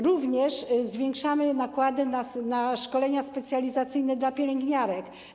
Również zwiększamy nakłady na szkolenia specjalizacyjne dla pielęgniarek.